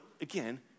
again